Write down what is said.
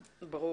ברור.